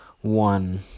one